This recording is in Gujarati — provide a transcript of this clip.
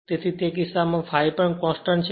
તેથી તે કિસ્સામાં ∅ પણ કોંસ્ટંટ છે